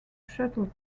shuttle